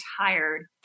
tired